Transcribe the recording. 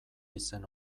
izen